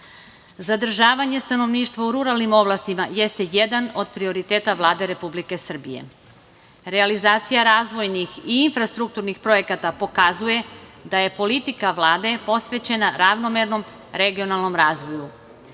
Zadržavanje stanovništva u ruralnim oblastima jeste jedan od prioriteta Vlade Republike Srbije. Realizacija razvojnih i infrastrukturnih projekata pokazuje da je politika Vlade posvećena ravnomernom regionalnom razvoju. Putna